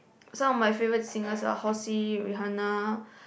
some of my favourite singers are Halsey Rihanna